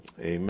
amen